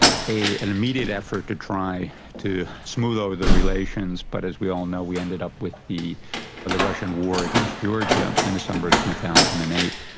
ah an immediate effort to try to smooth over the relations, but as we all know we ended up with the and the russian war against georgia in the summer of two thousand and eight.